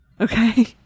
Okay